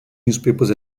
newspapers